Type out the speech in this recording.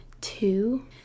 Two